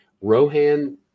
rohan